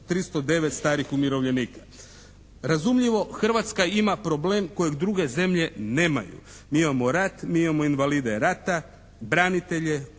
309 starih umirovljenika. Razumljivo Hrvatska ima problem kojeg druge zemlje nemaju. Mi imamo rat, mi imamo invalide rata, branitelje,